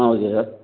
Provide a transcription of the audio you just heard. ah okay sir